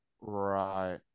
Right